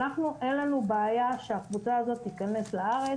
לנו אין בעיה שהקבוצה הזאת תכנס לארץ.